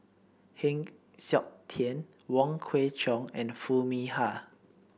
Heng Siok Tian Wong Kwei Cheong and Foo Mee Har